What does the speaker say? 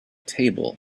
table